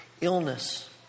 illness